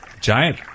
Giant